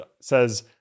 says